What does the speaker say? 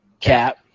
Cap